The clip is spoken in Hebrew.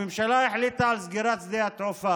בג"ץ דחה את הבקשה